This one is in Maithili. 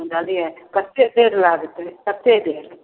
बुझलियै कत्ते देर लागतै कत्ते देर